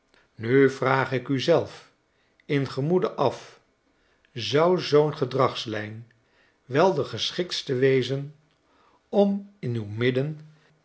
nu vraag ik u zelf in gemoede af zou zoo'n gedragslijn wel de geschiktste wezen om in uw midden